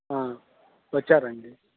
వచ్చారు అండి